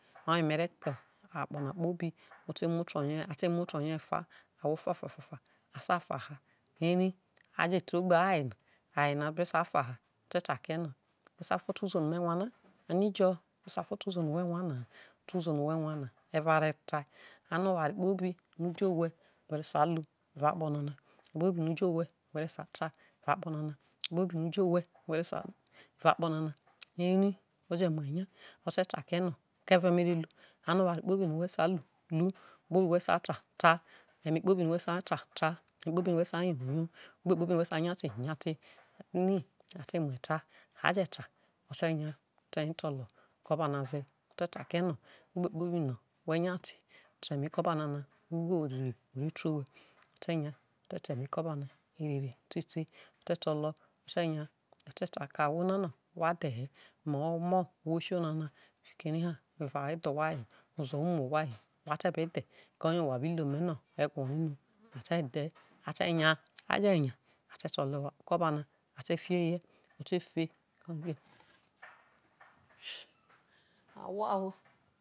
oye me ke̠ ke̠ akpo̠ na kpobi otoye ate mu otoye efa, ahwo fa fa fa fa at a faha, eri a je te egbe aye na, aye ne be sa fa ha ate̠ ta kie̠ no a sa fa ofo̠ uzo na me wana? Ani ijo me sa fa oto̠ uzo na whe̠ wana ha, oto̠ uzo na no whe̠ wana e̠re̠ a re tai? Ano̠ owarie kpo̠bi no uje owhe were sai lu ako̠ akpo̠ nara oware kpobi no uje owhe whe̠ re̠ sai ta erao̠ akpo̠ nana oware kpobi no uje owhe re sai evao akpo̠ nana, eri o̠je̠ mu eya o̠te̠ ta kio̠no ko eve̠ me̠re lu, ote̠ ta kie̠ no̠ oware kpobi whe sai lu oware kpobi whe̠ sa ta ta, e̠me kpobi whe sa ta e̠me kpobi whe sa yo yo egbe kpobi whe sa nya te ya eri ate muo eta aje̠ ta o̠ te nya o̠ te nye to̠lo̠ ukoba na ze o̠te̠ takie̠ no egbe kpobi no whe nya te evere re te owhe o te to̠lo̠ uko̠ba erere te tei ote tolo ukoba na ote nya o̠te̠ ta ke̠ ahwo na no̠ wa vie̠ he̠ me̠ omo̠ ohwo tionana eri ha eva dhe̠ owhai hi ozo̠ mu owhai hi wha te̠ be dhe̠ ko̠ ye wha bi lo une̠ no e̠gwo ri no a ta dhe̠ a te nya a je nya a te to̠lo̠ ukoba na a te fieye̠ ate fe si na wao.